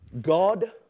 God